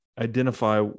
identify